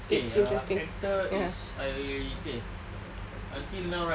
okay ah actor is I okay until now right